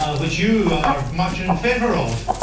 ah which you are much in favor of,